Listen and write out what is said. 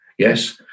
Yes